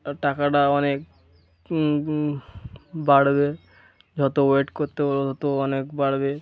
টাকাটা অনেক বাড়বে যত ওয়েট করতে বলো তত অনেক বাড়বে